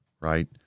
right